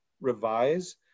revise